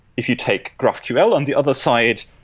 if you take graphql on the other side,